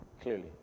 clearly